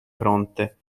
fronte